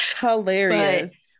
Hilarious